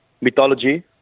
mythology